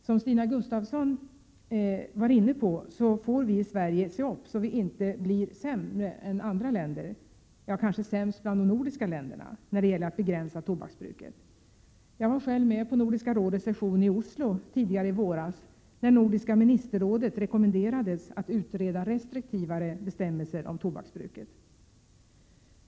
Som Stina Gustavsson var inne på får vi i Sverige se upp så att vi inte blir sämst bland de nordiska länderna när det gäller att begränsa tobaksbru ket. Jag var själv med på Nordiska rådets session i Oslo tidigare i våras när Prot. 1987/88:115 Nordiska ministerrådet rekommenderades att utreda restriktivare bestäm 5 maj 1988 melser om tobaksbruket.